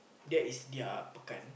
that is their pekan